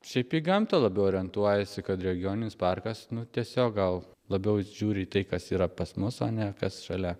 šiaip į gamtą labiau orientuojasi kad regioninis parkas nu tiesiog gal labiau žiūri į tai kas yra pas mus o ne kas šalia